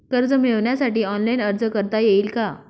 कर्ज मिळविण्यासाठी ऑनलाइन अर्ज करता येईल का?